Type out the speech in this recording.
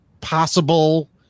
possible